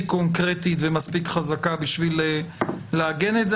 קונקרטית ומספיק חזקה כדי לעגן את זה.